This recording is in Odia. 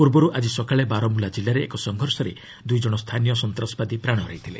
ପୂର୍ବରୁ ଆଜି ସକାଳେ ବାରମୂଲା ଜିଲ୍ଲାରେ ଏକ ସଂଘର୍ଷରେ ଦୁଇ ଜଣ ସ୍ଥାନୀୟ ସନ୍ତ୍ରାସବାଦୀ ପ୍ରାଣ ହରାଇଥିଲେ